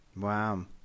wow